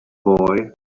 boy